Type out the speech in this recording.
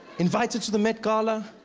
invited to the met gala.